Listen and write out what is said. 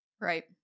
right